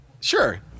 Sure